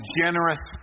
generous